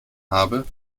habe